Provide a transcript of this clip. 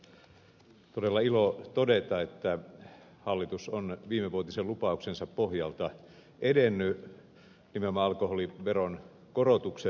on todella ilo todeta että hallitus on viimevuotisen lupauksensa pohjalta edennyt nimenomaan alkoholiveron korotuksessa